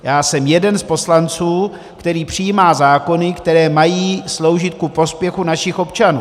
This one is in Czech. Já jsem jeden z poslanců, který přijímá zákony, které mají sloužit ku prospěchu našich občanů.